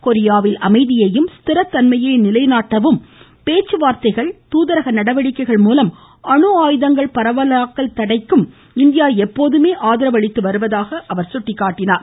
கொரியாவில் அமைதியையும் ஸ்திரத்தன்மையையும் நிலைநாட்டவும் பேச்சுவார்த்தைகள் தூதரக நடவடிக்கைகள் மூலம் அணுஆயுதங்கள் பரவலாக்கல் தடைக்கும் இந்தியா எப்போதுமே ஆதரவு அளித்து வருவதாக சுட்டிக்காட்டினார்